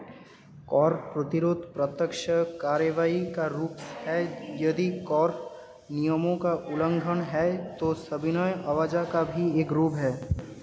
कर प्रतिरोध प्रत्यक्ष कार्रवाई का रूप है, यदि कर नियमों का उल्लंघन है, तो सविनय अवज्ञा का भी एक रूप है